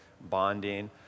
bonding